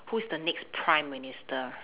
who is the next prime minister